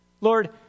Lord